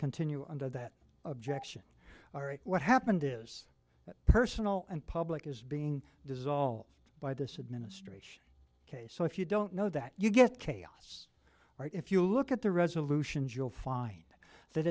continue under that objection what happened is that personal and public is being dissolved by this administration ok so if you don't know that you get chaos right if you look at the resolutions you'll find that